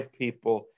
people